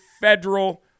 federal